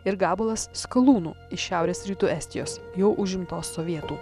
ir gabalas skalūnų iš šiaurės rytų estijos jau užimtos sovietų